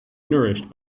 nourished